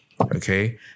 Okay